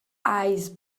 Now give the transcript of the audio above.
ice